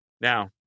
Now